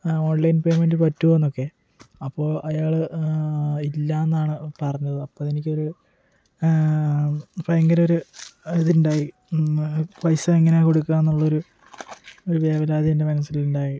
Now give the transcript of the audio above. online payment പറ്റുമോയെന്നൊക്കെ അപ്പോൾ അയാൾ ഇല്ലയെന്നാണ് പറഞ്ഞത് അപ്പം എനിക്കൊരു ഭയങ്കര ഒരു ഇതുണ്ടായി പൈസ എങ്ങനെ കൊടുക്കാമെന്നുള്ളൊരു ഒരു വേവലാതി എൻ്റെ മനസ്സിലുണ്ടായി